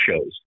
shows